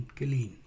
geliehen